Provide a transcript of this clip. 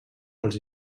pels